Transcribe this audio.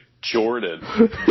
Jordan